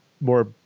more